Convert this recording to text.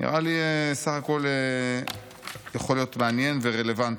נראה לי בסך הכול שזה יכול להיות מעניין ורלוונטי.